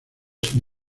sin